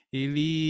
ele